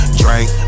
drink